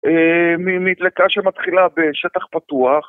מדלקה שמתחילה בשטח פתוח